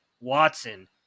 watson